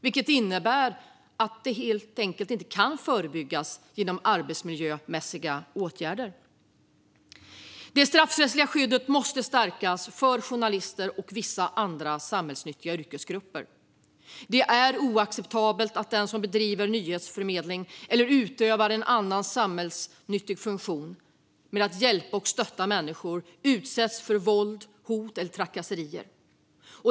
Det innebär att detta helt enkelt inte kan förebyggas genom arbetsmiljömässiga åtgärder. Det straffrättsliga skyddet måste stärkas för journalister och vissa andra samhällsnyttiga yrkesgrupper. Det är oacceptabelt att den som bedriver nyhetsförmedling eller utöver en annan samhällsnyttig funktion och hjälper och stöttar människor utsätts för våld, hot eller trakasserier.